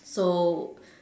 so